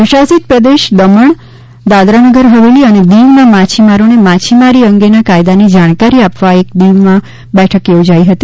કેન્દ્ર શાસિત પ્રદેશ દમણ દાદરાનગર હવેલી અને દીવના માછીમારોને માછીમારી અંગેના કાયદાની જાણકારી આપવા એક બેઠક દીવમાં યોજાઈ ગઈ